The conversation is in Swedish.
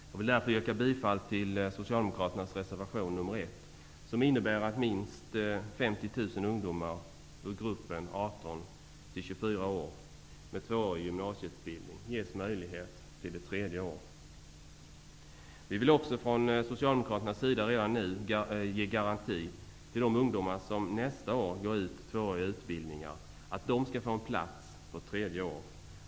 Jag vill därför yrka bifall till socialdemokraternas reservation nr 1, som innebär att minst 50 000 Vi vill också från socialdemokraternas sida redan nu ge garanti till de ungdomar som nästa år går ut tvååriga utbildningar att de skall få en plats på ett tredje år.